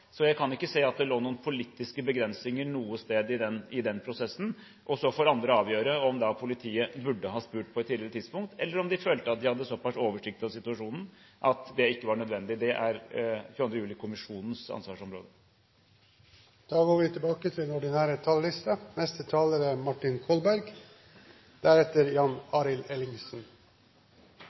Jeg kan ikke se at det lå noen politiske begrensninger noe sted i den prosessen. Så får andre avgjøre om politiet burde ha spurt på et tidligere tidspunkt, eller om de følte at de hadde såpass oversikt over situasjonen at det ikke var nødvendig. Det er 22. juli-kommisjonens ansvarsområde. Replikkordskiftet er over. Jeg vil begynne med å bruke ordet «uvirkelig», for det er